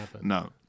No